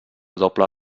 doble